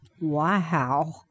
Wow